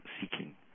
seeking